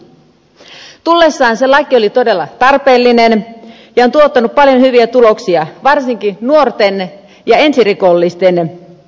tullessaan se laki oli todella tarpeellinen ja on tuottanut paljon hyviä tuloksia varsinkin nuorten ja ensirikosten tekijöiden kohdalla